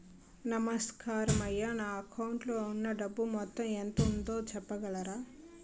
నమస్కారం అయ్యా నా అకౌంట్ లో ఉన్నా డబ్బు మొత్తం ఎంత ఉందో చెప్పగలరా?